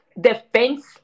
defense